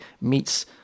meets